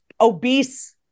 obese